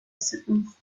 siblings